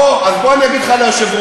אוה, אז בוא אני אגיד לך על היושב-ראש.